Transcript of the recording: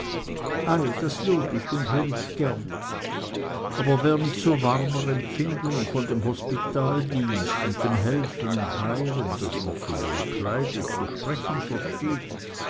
das lob ich und hör ich gern aber wer mit so warmer empfindung von dem hospitaldienst und dem helfen und heilen das uns so wohl kleidet zu sprechen versteht